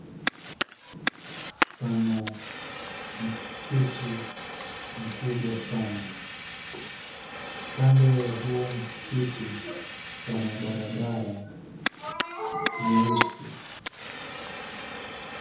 Pana msikiti mkubwa sana. Kando ya huo msikiti, pana barabara nyeusi.